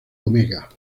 omega